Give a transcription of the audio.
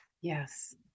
Yes